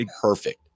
perfect